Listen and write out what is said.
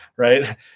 right